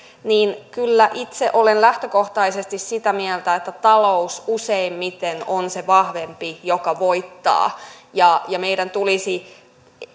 niin kyllä itse olen lähtökohtaisesti sitä mieltä että talous useimmiten on se vahvempi joka voittaa ja ja meidän tulisi